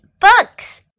books